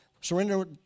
surrender